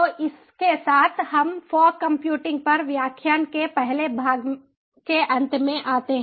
तो इस के साथ हम फॉग कम्प्यूटिंग पर व्याख्यान के पहले भाग के अंत में आते हैं